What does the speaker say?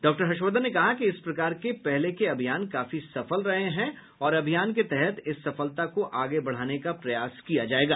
doctor Harshvardhan ने कहा कि इस प्रकार के पहले के अभियान काफी सफल रहे हैं और अभियान के तहत इस सफलता को आगे बढ़ाने का प्रयास किया जाएगा